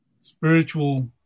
spiritual